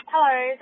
Hello